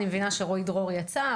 אני מבינה שרועי דרור יצא,